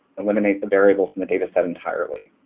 eliminate the variable from the data set entirely.